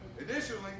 Additionally